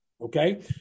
Okay